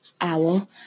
owl